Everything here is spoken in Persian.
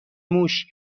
موش